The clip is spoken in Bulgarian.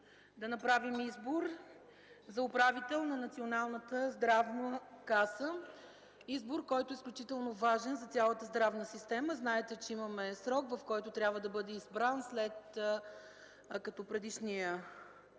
да направим избор за управител на Националната здравна каса – избор, който е изключително важен за цялата здравна система. Знаете, че имаме срок, в който трябва да бъде избран, след като предишния